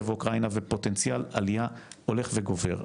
ואוקראינה ופוטנציאל עלייה הולך וגובר.